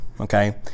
okay